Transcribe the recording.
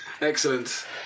Excellent